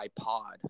ipod